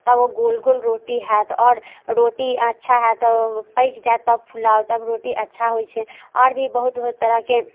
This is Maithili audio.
तब ओ गोल गोल रोटी होयत आओर रोटी अच्छा होयत पकि जायत तब फुलाउ तब रोटी अच्छा होइत छै आओर भी बहुत बहुत तरह तरहके